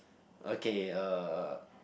okay uh